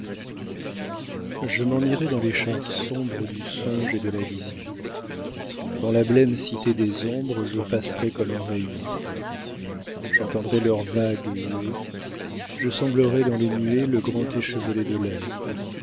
je m'en irai dans les chars sombres du songe et de la vision dans la blême cité des ombres je passerai comme un rayon j'entendrai leurs vagues huées je semblerai dans les nu ées le grand échevelé de l'air